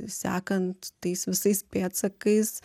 sekant tais visais pėdsakais